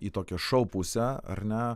į tokią šou pusę ar ne